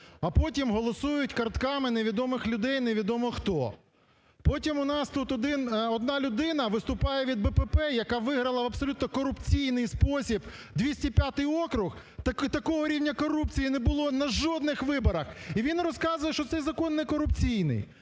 а потім голосують картками невідомих людей невідомо хто. Потім у нас тут один, одна людина виступає від БПП, яка виграла в абсолютно корупційний спосіб 205 округ, так такого рівня корупції не було на жодних виборах. І він розказує, що цей закон не корупційний.